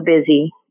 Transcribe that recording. busy